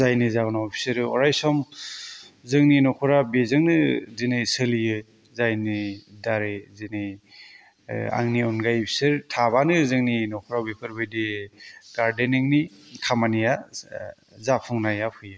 जायनि जाहोनाव बेसोरो अरायसम जोंनि न'खरा बेजोंनो दिनै सोलियो जायनि दारै दिनै आंनि अनगायै बिसोर थाबानो जोंनि न'खराव बेफोरबादि गारदेनिंनि खामानिया जाफुंनाया फैयो